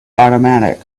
automatic